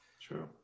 True